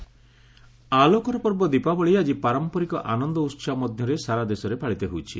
ଦିଓାଲି ଆଲୋକର ପର୍ବ ଦୀପାବଳି ଆଜି ପାରମ୍ପରିକ ଆନନ୍ଦ ଉତ୍ସାହ ମଧ୍ୟରେ ସାରା ଦେଶରେ ପାଳିତ ହେଉଛି